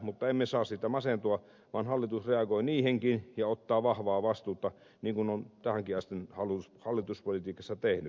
mutta emme saa siitä masentua vaan hallitus reagoi niihinkin ja ottaa vahvaa vastuuta niin kuin on tähänkin asti hallituspolitiikassa tehnyt